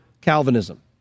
Calvinism